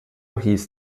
hieß